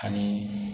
आनी